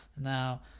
Now